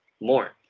more